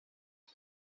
way